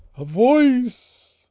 a voice!